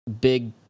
big